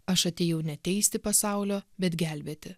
aš atėjau ne teisti pasaulio bet gelbėti